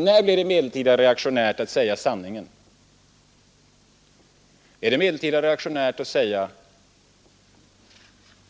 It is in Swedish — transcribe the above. När blev det medeltida reaktionärt att säga sanningen? Är det medeltida reaktionärt att säga